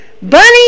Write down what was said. Bunny